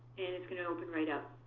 and it's going to open right up.